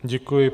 Děkuji.